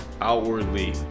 outwardly